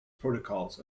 protocols